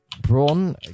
Braun